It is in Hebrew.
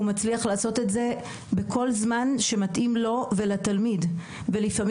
הוא מצליח לעשות את זה בכל זמן שמתאים לו ולתלמיד ולפעמים